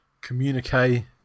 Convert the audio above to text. communique